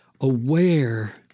aware